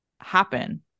happen